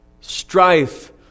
Strife